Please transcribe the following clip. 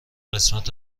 قسمت